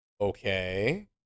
okay